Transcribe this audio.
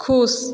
खुश